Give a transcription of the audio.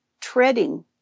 treading